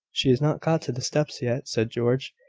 she has not got to the steps yet, said george.